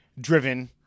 driven